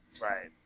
Right